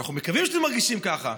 ואנחנו מקווים שאתם מרגישים ככה,